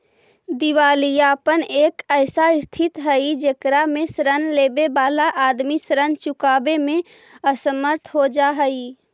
दिवालियापन एक ऐसा स्थित हई जेकरा में ऋण लेवे वाला आदमी ऋण चुकावे में असमर्थ हो जा हई